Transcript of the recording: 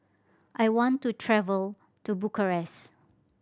I want to travel to Bucharest